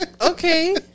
Okay